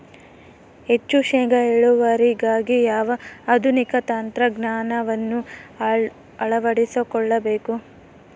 ಹೆಚ್ಚು ಶೇಂಗಾ ಇಳುವರಿಗಾಗಿ ಯಾವ ಆಧುನಿಕ ತಂತ್ರಜ್ಞಾನವನ್ನು ಅಳವಡಿಸಿಕೊಳ್ಳಬೇಕು?